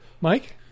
Mike